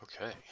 Okay